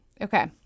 Okay